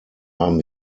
haben